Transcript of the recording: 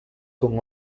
con